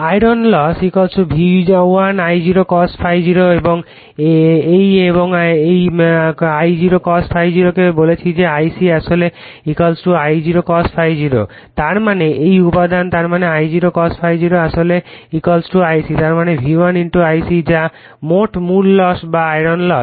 iron loss V1 I0 cos ∅0 এবং এই এবং আমি এই I0 cos ∅0 কে বলেছি যে Ic আসলে I0 cos ∅0 তার মানে এই উপাদান তার মানে I0 cos ∅0 আসলে Ic তার মানে V1 Ic যা মোট মূল লস বা আয়রন লস